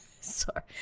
sorry